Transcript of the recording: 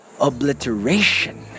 obliteration